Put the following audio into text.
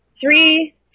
three